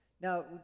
now